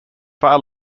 far